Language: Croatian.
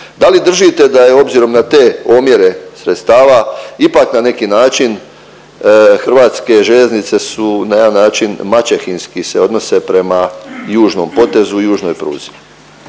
Da li držite da je obzirom na te omjere sredstava ipak na neki način Hrvatske željeznice su na jedan način maćehinski se odnose prema južnom potezu, južnoj pruzi